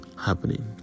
happening